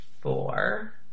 four